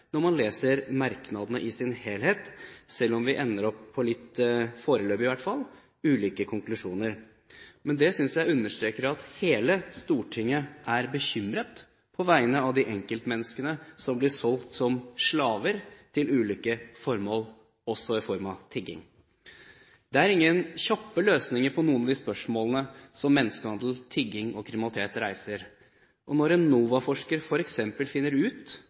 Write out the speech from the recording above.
når man leser merknadene i sin helhet, selv om vi ender opp på – foreløpig i hvert fall – litt ulike konklusjoner. Men det synes jeg understreker at hele Stortinget er bekymret på vegne av de enkeltmenneskene som blir solgt som slaver til ulike formål, også til tigging. Det er ingen kjappe løsninger på noen av de spørsmålene som menneskehandel, tigging og kriminalitet reiser. Når en NOVA-forsker f.eks. finner ut